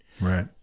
Right